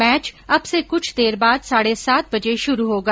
match अब से कुछ देर बाद साढे सात बजे शुरू होगा